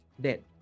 dead